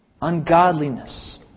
Ungodliness